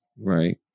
right